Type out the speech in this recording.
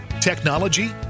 technology